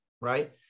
right